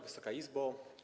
Wysoka Izbo!